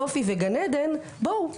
טופי וגן עדן - בואו,